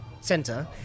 Center